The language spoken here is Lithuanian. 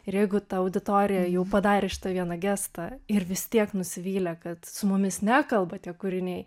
ir jeigu ta auditorija jau padarė šitą vieną gestą ir vis tiek nusivylė kad su mumis nekalba tie kūriniai